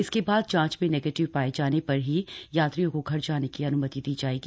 इसके बाद जांच में नेगेटिव पाये जाने पर ही यात्रियों को घर जाने की अन्मति दी जायेगी